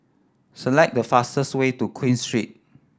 select the fastest way to Queen Street